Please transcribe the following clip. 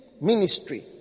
ministry